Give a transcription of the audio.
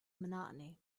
monotony